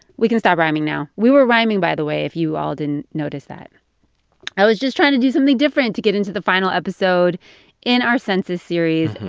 we can stop rhyming now. we were rhyming, by the way, if you all didn't notice that i was just trying to do something different to get into the final episode in our census series.